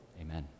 Amen